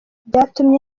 byatumye